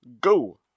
go